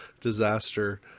disaster